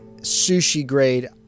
sushi-grade